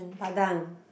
Padang